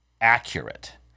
accurate –